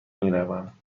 میروم